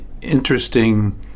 interesting